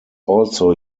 also